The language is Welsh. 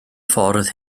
ffordd